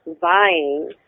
vying